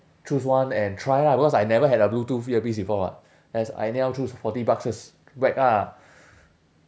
choose one and try lah because I never had a bluetooth earpiece before [what] just I anyhow choose forty bucks just whack ah